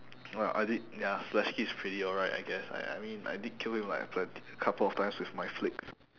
alright I thi~ ya splashske is pretty alright I guess I I mean I did kill him like a plent~ a couple of times with my flicks